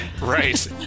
Right